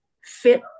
fit